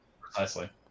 Precisely